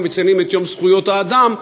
מציינים את היום הבין-לאומי לזכויות האדם,